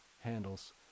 handles